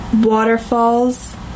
Waterfalls